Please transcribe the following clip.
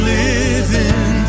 living